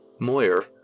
Moyer